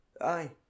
Aye